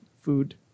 food